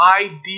idea